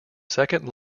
second